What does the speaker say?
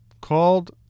called